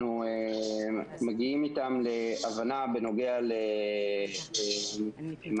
אנחנו מגיעים איתם להבנה בנוגע למענק,